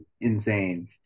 insane